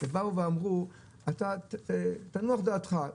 שבאו ואמרו - תנוח דעתך.